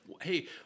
hey